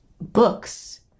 books